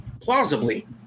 plausibly